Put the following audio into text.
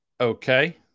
Okay